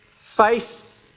Faith